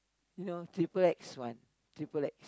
you know Triple X one Triple X